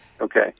Okay